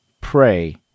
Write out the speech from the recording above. pray